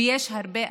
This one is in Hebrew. ויש הרבה אנשים,